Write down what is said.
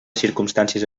circumstàncies